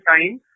time